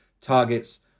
targets